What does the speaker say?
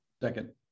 Second